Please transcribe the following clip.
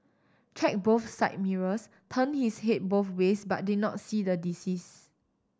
checked both side mirrors turned his head both ways but did not see the deceased